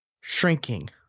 Shrinking